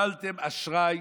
קיבלתם אשראי,